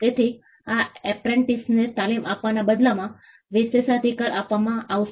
તેથી એપ્રેન્ટિસને તાલીમ આપવાના બદલામાં વિશેષાધિકાર આપવામાં આવશે